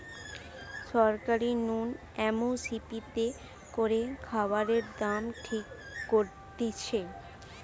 সরকার নু M S P তে করে খাবারের দাম ঠিক করতিছে